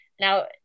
now